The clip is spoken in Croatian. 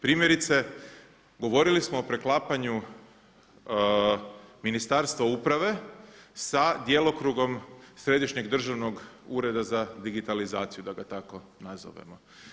Primjerice govorili smo o preklapanju Ministarstva uprave sa djelokrugom Središnjeg državnog ureda za digitalizaciju da ga tako nazovemo.